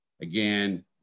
Again